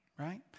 Right